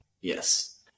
Yes